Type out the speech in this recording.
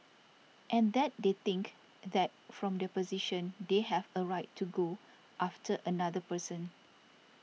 and that they think that from their position they have a right to go after another person